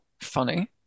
funny